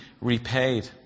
repaid